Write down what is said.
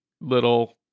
little